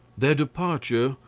their departure,